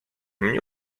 mnie